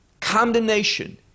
condemnation